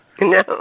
No